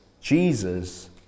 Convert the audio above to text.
Jesus